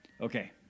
Okay